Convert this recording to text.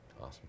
Awesome